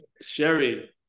Sherry